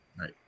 Right